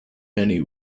many